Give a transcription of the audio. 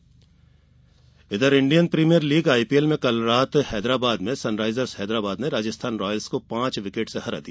IPL Indian Premier League IPL में कल रात हैदराबाद में सनराइजर्स हैदराबाद ने राजस्थान रायल्स को पांच विकेट से हरा दिया